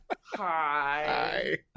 Hi